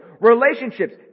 Relationships